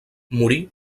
morí